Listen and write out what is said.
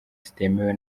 zitemewe